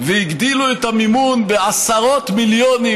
והגדילו את המימון בעשרות מיליונים,